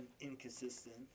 inconsistent